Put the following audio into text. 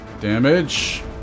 damage